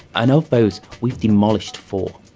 and um those, we've demolished four.